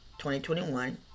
2021